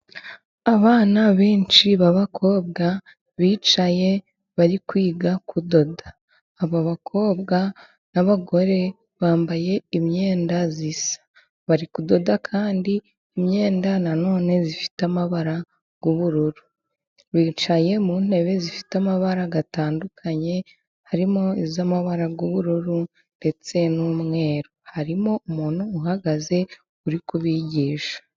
Abana benshi b'abakobwa bicaye bari kwiga kudoda, aba bakobwa n'abagore bambaye imyenda isa bari kudoda kandi imyenda nanone ifite amabara y'ubururu. Bicaye mu ntebe zifite amabara atandukanye harimo iy'amabara y'ubururu ndetse n'umweru, harimo umuntu uhagaze uri kubigisha.